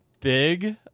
big